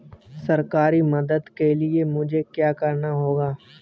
सरकारी मदद के लिए मुझे क्या करना होगा?